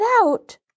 out